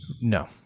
No